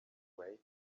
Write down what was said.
way